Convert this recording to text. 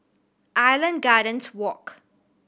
Island Gardens Walk